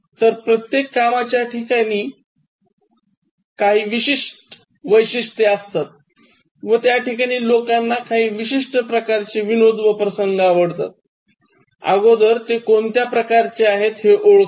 तर प्रत्येक कामाच्या ठिकाणी काही विशिष्ट वैशिष्ट्ये असतात व त्याठिकाणी लोकांना काही विशिष्ट प्रकारचे विनोद व प्रसंग आवडतात अगोदर ते कोणत्या प्रकारचे आहेत हे ओळखा